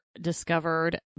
discovered